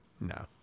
no